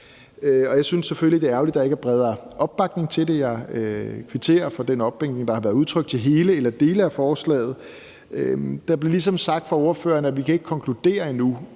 det er ærgerligt, at der ikke er bredere opbakning til det. Jeg kvitterer for den opbakning, der har været udtrykt til hele eller dele af forslaget. Der bliver ligesom sagt fra ordførerne, at de ikke kan konkludere noget